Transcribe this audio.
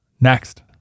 Next